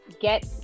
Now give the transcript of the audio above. get